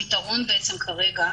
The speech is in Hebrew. הפתרון כרגע,